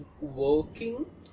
working